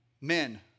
men